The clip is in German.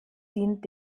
dient